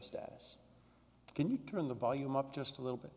status can you turn the volume up just a little bit